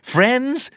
Friends